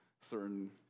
certain